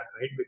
right